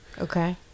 Okay